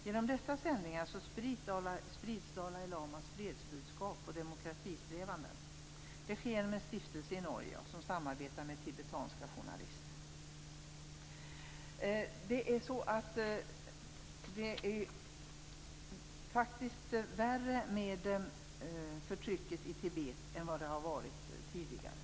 Genom dessa sändningar sprids Det sker genom en stiftelse i Norge som samarbetar med tibetanska journalister. Det är faktiskt värre med förtrycket i Tibet än vad det har varit tidigare.